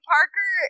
Parker